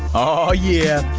oh yeah,